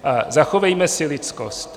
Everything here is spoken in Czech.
A zachovejme si lidskost.